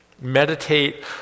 Meditate